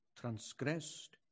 transgressed